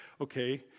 Okay